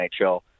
NHL